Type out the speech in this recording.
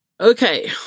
Okay